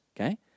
okay